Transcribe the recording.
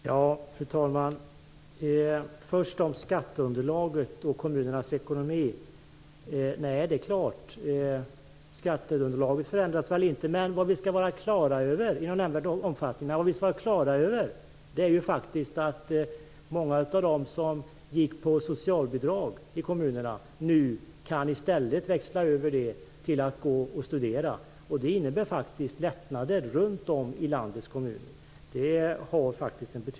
Fru talman! I fråga om skatteunderlaget och kommunernas ekonomi är det klart att skatteunderlaget inte ändras i någon nämnvärd omfattning. Men vi skall vara klara över att många av dem som levde på socialbidrag nu i stället kan delta i kunskapslyftet. Det innebär lättnader runt om i landets kommuner.